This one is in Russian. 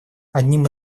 одним